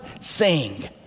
sing